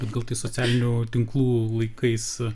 gal tai socialių tinklų laikais